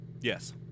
Yes